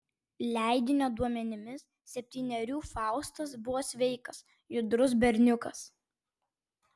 leidinio duomenimis septynerių faustas buvo sveikas judrus berniukas